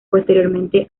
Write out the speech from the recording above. posteriormente